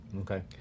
Okay